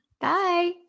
Bye